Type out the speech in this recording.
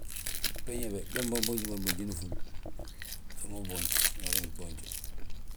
Bbéñe be, be mboonji boonjini húl, ubéñe wina riŋi gboonje.